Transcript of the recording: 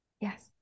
Yes